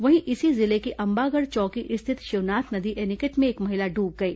वहीं इसी जिले के अंबागढ़ चौकी रिथत शिवनाथ नदी एनीकट में एक महिला डूब गई